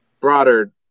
broader